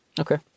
Okay